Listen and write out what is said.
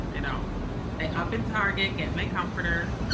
you know they up in target, getting they comforter,